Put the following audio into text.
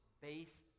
based